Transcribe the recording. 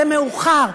זה מאוחר.